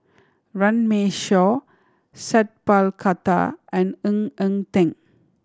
Runme Shaw Sat Pal Khattar and Ng Eng Teng